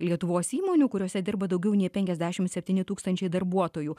lietuvos įmonių kuriose dirba daugiau nei penkiasdešim septyni tūkstančiai darbuotojų